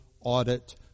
audit